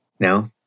No